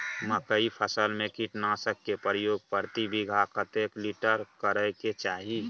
मकई फसल में कीटनासक के प्रयोग प्रति बीघा कतेक लीटर करय के चाही?